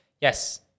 yes